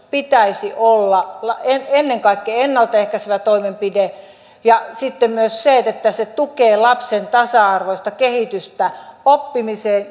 pitäisi olla ennen kaikkea ennalta ehkäisevä toimenpide ja sitten se myös tukee lapsen tasa arvoista kehitystä oppimiseen